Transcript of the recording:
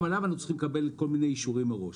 גם עליו היינו צריכים לקבל כל מיני אישורים מראש.